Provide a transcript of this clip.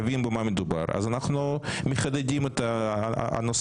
יבוא 'הטענה החלטת הכנסת על פי הצעת הוועדה לענייני